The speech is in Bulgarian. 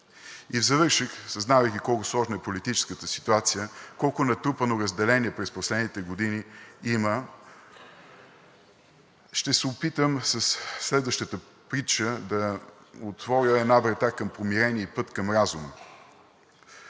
И в завършек, съзнавайки колко сложна е политическата ситуация, колко натрупано разделение през последните години има, ще се опитам със следващата притча да отворя една врата към помирение и път към разума.